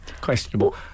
questionable